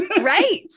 Right